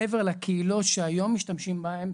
מעבר לקהילות שהיום משתמשים בהן,